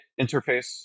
interface